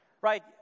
Right